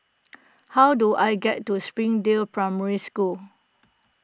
how do I get to Springdale Primary School